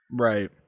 Right